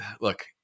look